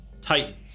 titans